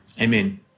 Amen